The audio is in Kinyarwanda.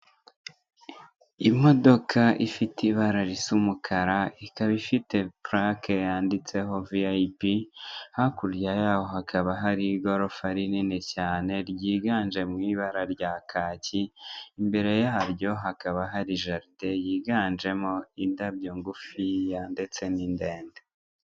Imodoka ifite ibara risa ry'umukara ikaba ifite pulake yanditseho VIP hakurya yaho hakaba hari igorofa rinini cyane ryiganje mu ibara rya kaki, imbere yaryo hakaba hari jaride yiganjemo indabyo ngufiya ndetse n'ndende.